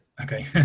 okay